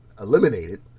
eliminated